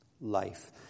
life